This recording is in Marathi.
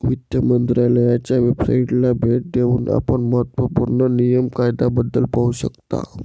वित्त मंत्रालयाच्या वेबसाइटला भेट देऊन आपण महत्त्व पूर्ण नियम कायद्याबद्दल पाहू शकता